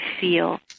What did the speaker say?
feel